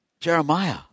Jeremiah